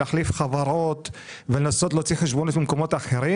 להחליף חברות ולנסות להוציא חשבוניות במקומות אחרים.